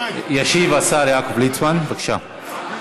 ישיב השר יעקב ליצמן, בבקשה.